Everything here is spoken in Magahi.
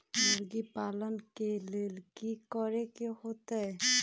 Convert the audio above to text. मुर्गी पालन ले कि करे के होतै?